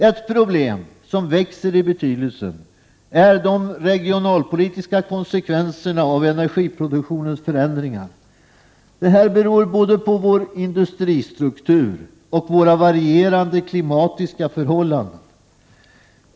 Ett problem som växer i betydelse är de regionalpolitiska konsekvenserna av energiproduktionens förändringar. Detta beror både på vår industristruktur och på våra varierande klimatiska förhållanden.